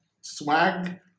swag